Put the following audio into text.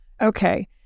Okay